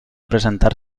presentar